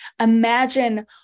Imagine